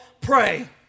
Pray